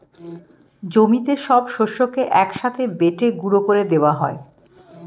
জমিতে সব শস্যকে এক সাথে বেটে গুঁড়ো করে দেওয়া হয়